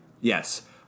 Yes